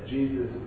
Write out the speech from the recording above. Jesus